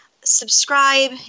subscribe